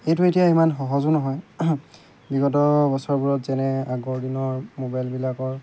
সেইটো এতিয়া ইমান সহজো নহয় বিগত বছৰবোৰত যেনে আগৰ দিনৰ মোবাইলবিলাকৰ